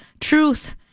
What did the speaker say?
truth